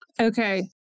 Okay